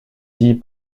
dit